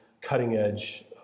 cutting-edge